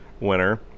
winner